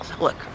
Look